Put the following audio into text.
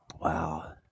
Wow